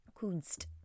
Kunst